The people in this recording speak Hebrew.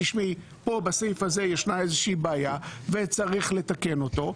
שבסעיף הזה יש איזושהי בעיה וצריך לתקן אותו,